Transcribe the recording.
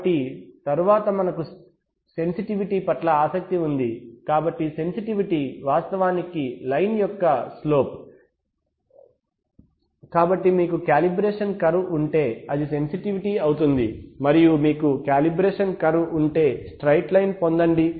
కాబట్టి తరువాత మనకు సెన్సిటివిటీ పట్ల ఆసక్తి ఉంది కాబట్టి సెన్సిటివిటీ వాస్తవానికి లైన్ యొక్క స్లోప్ కాబట్టి మీకు కాలిబ్రేషన్ కర్వ్ ఉంటే అది సెన్సిటివిటీ అవుతుంది మరియు మీకు కాలిబ్రేషన్ కర్వ్ ఉంటే స్ట్రెయిట్ లైన్ పొందండి